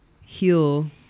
heal